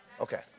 Okay